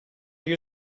you